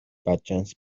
بدجنس